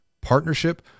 partnership